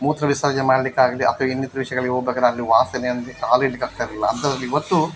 ಮೂತ್ರ ವಿಸರ್ಜನೆ ಮಾಡಲಿಕ್ಕಾಗಲಿ ಅಥವಾ ಇನ್ನಿತರ ವಿಷ್ಯಗಳಿಗೆ ಹೋಗ್ಬೇಕಾದ್ರೆ ಅಲ್ಲಿ ವಾಸನೆ ಅಂದರೆ ಕಾಲು ಇಡ್ಲಿಕ್ಕೆ ಆಗ್ತಾಯಿರಲಿಲ್ಲ ಅಂತದ್ರಲ್ಲಿ ಇವತ್ತು